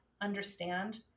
understand